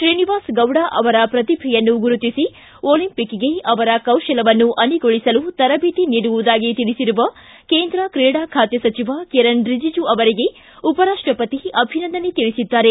ಶ್ರೀನಿವಾಸ್ ಗೌಡ ಅವರ ಪ್ರತಿಭೆಯನ್ನು ಗುರುತಿಸಿ ಒಲಿಂಪಿಕ್ಗೆ ಅವರ ಕೌಶಲವನ್ನು ಅಣಿಗೊಳಿಸಲು ತರಬೇತಿ ನೀಡುವುದಾಗಿ ತಿಳಿಸಿರುವ ಕೇಂದ್ರ ಕ್ರೀಡಾ ಖಾತೆ ಸಚಿವ ಕಿರೆಣ್ ರಿಜೆಜು ಅವರಿಗೆ ಉಪರಾಷ್ಟಪತಿ ಅಭಿಸಂದಸೆ ತಿಳಿಸಿದ್ದಾರೆ